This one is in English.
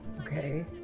okay